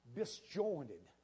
disjointed